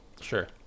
Sure